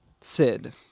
Sid